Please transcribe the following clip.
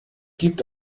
gibt